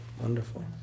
wonderful